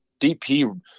DP